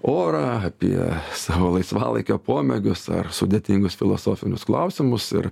orą apie savo laisvalaikio pomėgius ar sudėtingus filosofinius klausimus ir